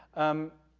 um,